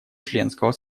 членского